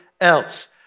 else